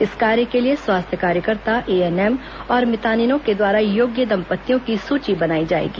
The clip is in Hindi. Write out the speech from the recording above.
इस कार्य के लिए स्वास्थ्य कार्यकर्ता एएनएम और मितानिनों के द्वारा योग्य दम्पत्तियों की सूची बनायी जाएगी